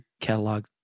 catalog